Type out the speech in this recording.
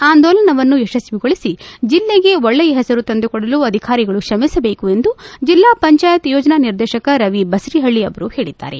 ಆಂದೋಲನವನ್ನು ಯಶಸ್ತಿಗೊಳಿಸಿ ಜಿಲ್ಲೆಗೆ ಒಳ್ಳೆಯ ಹೆಸರು ತಂದುಕೊಡಲು ಅಧಿಕಾರಿಗಳು ತ್ರಮಿಸಬೇಕು ಎಂದು ಜಿಲ್ಲಾ ಪಂಚಾಯತ್ ಯೋಜನಾ ನಿರ್ದೇಶಕ ರವಿ ಬಸರಿಹಳ್ಲಿ ಅವರು ಹೇಳಿದ್ದಾರೆ